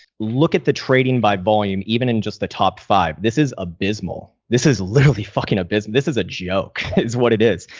look at the trading by volume even in just the top five. this is abysmal. this is literally fucking up, this is a joke. it is what it is.